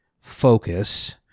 focus